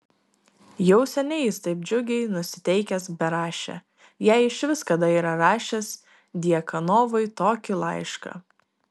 jau seniai jis taip džiugiai nusiteikęs berašė jei išvis kada yra rašęs djakonovui tokį laišką